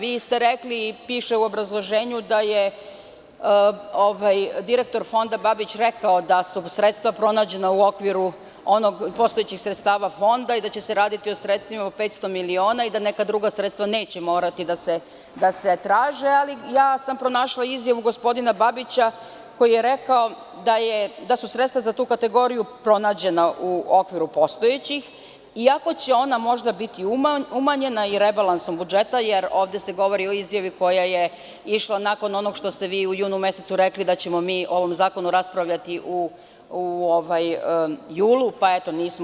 Vi ste rekli i piše u obrazloženju da je direktor Fonda Babić rekao da su sredstva pronađena u okviru postojećih sredstava Fonda i da će se raditi o sredstvima od 500 miliona i da neka druga sredstva neće morati da se traže, ali pronašla sam izjavu gospodina Babića koji je rekao da su sredstva za tu kategoriju pronađena u okviru postojećih, iako će onda možda biti umanjena i rebalansom budžeta, jer ovde se govori o izjavi koja je išla nakon onoga što ste vi u junu mesecu rekli, da ćemo mi o ovom zakonu raspravljati u julu, pa nismo.